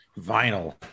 Vinyl